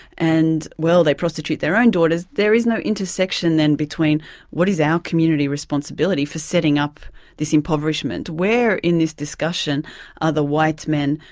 and well, they prostitute their own daughters there is no intersection then between what is our community responsibility for setting up this impoverishment? where in this discussion are the white men,